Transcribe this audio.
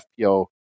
FPO